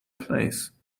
place